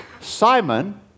Simon